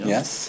Yes